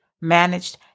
managed